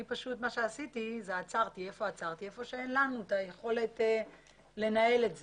אני פשוט עצרתי ועצרתי היכן שאין לנו את היכולת לנהל את זה.